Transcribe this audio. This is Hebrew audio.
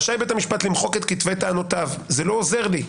רשאי בית המשפט למחוק את כתבי טענותיו" זה לא עוזר לי.